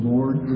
Lord